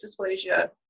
dysplasia